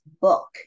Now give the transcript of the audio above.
book